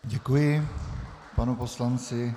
Děkuji panu poslanci.